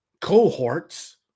cohorts